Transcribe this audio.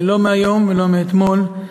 לא מהיום ולא מאתמול.